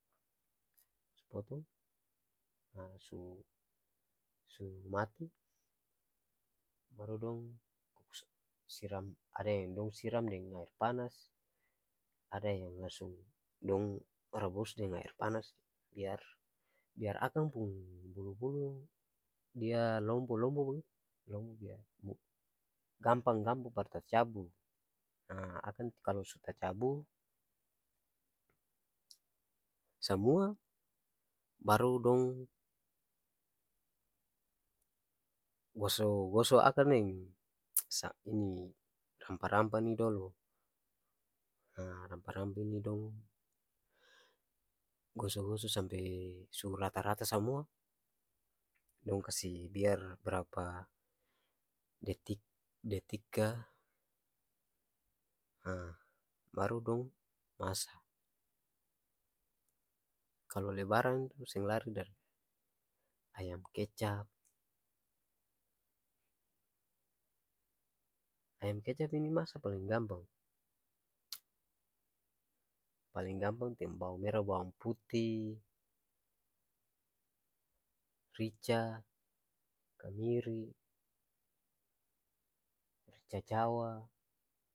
Su potong nah su mati, baru dong siram, ada dong siram deng aer panas, ada yang langsung dong rabus deng aer panas biar- biar akang pung bulu-bulu dia lombo-lombo bagitu gampang-gampang par tacabu nah akang kalu su tacabu samua baru dong goso-goso akang deng ini rampa-rampa ni dolo, rampa-rampa nih dong goso-goso sampe su rata-rata samua dong kasi biar barapa detik-detik k baru dong masa. Kalu lebaran seng lari dari ayam kecap, ayam kecap nih masa paleng gampang paleng gampang bawang mera, bawang puti, rica, kamiri, rica jawa.